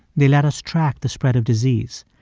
they let us track the spread of disease,